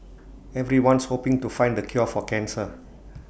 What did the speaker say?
everyone's hoping to find the cure for cancer